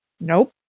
Nope